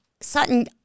Sutton